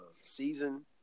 season